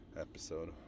Episode